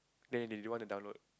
they they don't want to download